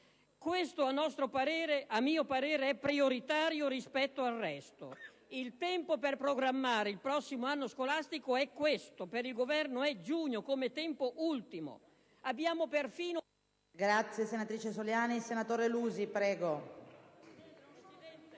Questo, a mio parere, è prioritario rispetto al resto. Il tempo per programmare il prossimo anno scolastico è questo per il Governo: è giugno, come tempo ultimo.